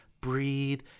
breathe